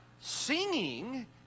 Singing